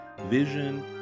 vision